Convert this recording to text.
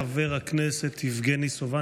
חבר הכנסת יבגני סובה,